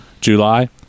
July